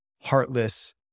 heartless